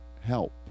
help